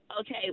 Okay